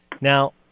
Now